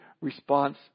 response